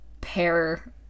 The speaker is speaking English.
pair